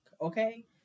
okay